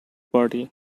party